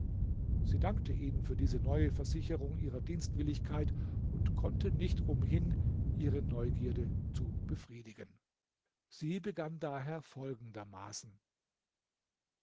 sie dankte ihnen für diese neue versicherung ihrer dienstwilligkeit und konnte nicht umhin ihre neugierde zu befriedigen sie begann daher folgendermaßen